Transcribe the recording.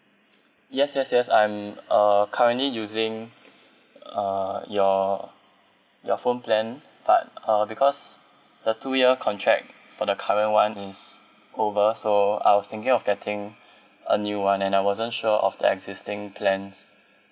yes yes yes I'm uh kindly using uh your your phone plan but uh because the two year contract for the current [one] is over so I was thinking of getting a new [one] and I wasn't sure of the existing plans